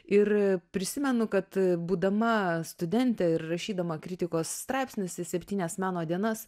ir prisimenu kad būdama studentė ir rašydama kritikos straipsnius į septynias meno dienas